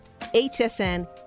HSN